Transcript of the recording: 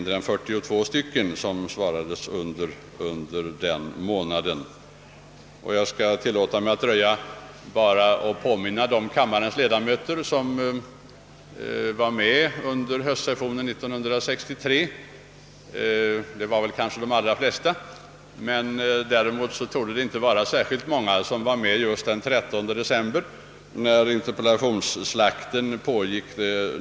De flesta av de nuvarande kammarledamöterna var med under denna session, men däremot torde det inte vara särskilt många som var med just den 13 december 1963, när interpellationsslakten pågick.